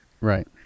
right